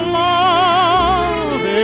love